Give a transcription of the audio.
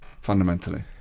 fundamentally